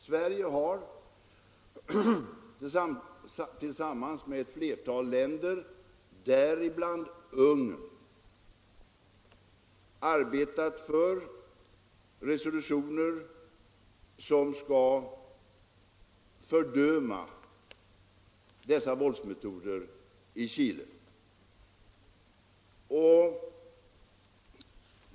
Sverige har tillsammans med ett flertal länder, däribland Ungern, arbetat för resolutioner som skall fördöma dessa våldsmetoder i Chile.